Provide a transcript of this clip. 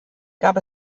gab